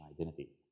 identity